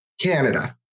Canada